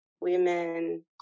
women